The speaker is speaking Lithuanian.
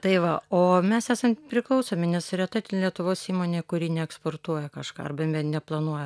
tai va o mes esam priklausomi nes reta lietuvos įmonė kuri neeksportuoja kažką ar ben neplanuoja